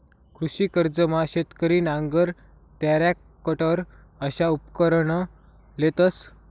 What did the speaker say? कृषी कर्जमा शेतकरी नांगर, टरॅकटर अशा उपकरणं लेतंस